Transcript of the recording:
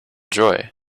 joy